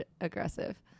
aggressive